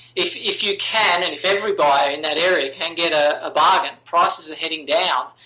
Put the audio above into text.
if if you can, and if every buyer in that area can get a ah bargain, prices are heading down,